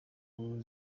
w’ingabo